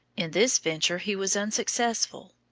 in this venture he was unsuccessful.